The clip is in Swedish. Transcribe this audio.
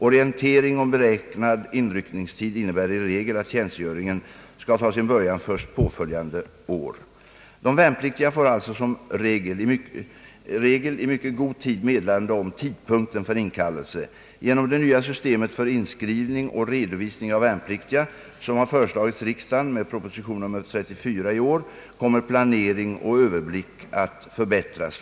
Orientering om beräknad inryckningstid innebär i regel att tjänstgöringen skall ta sin början först påföljande år. De värnpliktiga får alltså som regel i mycket god tid meddelande om tidpunkten för inkallelse. Genom det nya systemet för inskrivning och redovisning av värnpliktiga som har föreslagits riksdagen med proposition nr 34 i år kommer planering och överblick att förbättras.